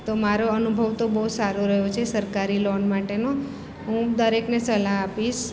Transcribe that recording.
તો મારો અનુભવ તો બહુ સારો રહ્યો છે સરકારી લોન માટેનો હું દરેકને સલાહ આપીશ